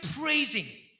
praising